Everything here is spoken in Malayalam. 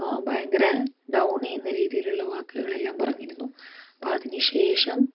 ഭയങ്കര ഡൌൺ ചെയ്യുന്ന രീതിയിലുള്ള വാക്കുകൾ എല്ലാം പറഞ്ഞിരുന്നു അപ്പോൾ അതിനുശേഷം